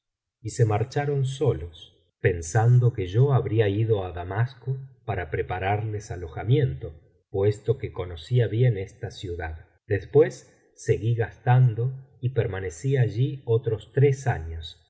y se marcharon solos biblioteca valenciana generalitat valenciana historia del jorobado pensando que yo habría ido á damasco para prepararles alojamiento puesto que conocía bien esta ciudad después seguí gastando y permanecí allí otros tres años